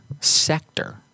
sector